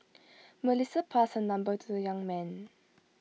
Melissa passed her number to the young man